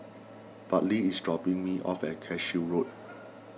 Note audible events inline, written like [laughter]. Bartley is dropping me off at Cashew Road [noise]